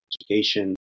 education